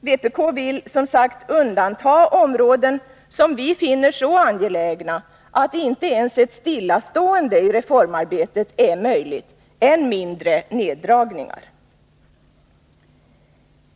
Vpk vill, som sagt, undanta områden som vi finner så angelägna att inte ens ett stillastående i reformarbetet är möjligt, än mindre neddragningar.